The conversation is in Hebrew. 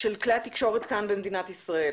של כלי התקשורת כאן במדינת ישראל.